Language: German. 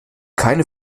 keine